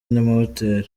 n’amahoteli